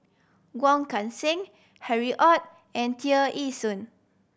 Wong Kan Seng Harry Ord and Tear Ee Soon